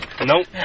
Nope